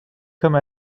comme